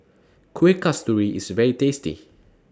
Kuih Kasturi IS very tasty